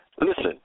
Listen